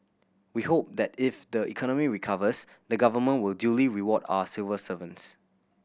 we hope that if the economy recovers the Government will duly reward our civil servants